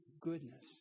goodness